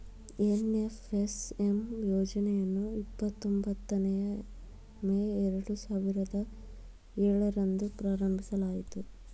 NFSM ಯೋಜನೆಯನ್ನು ಇಪ್ಪತೊಂಬತ್ತನೇಯ May ಎರಡು ಸಾವಿರದ ಏಳರಂದು ಪ್ರಾರಂಭಿಸಲಾಯಿತು